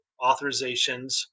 authorizations